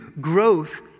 growth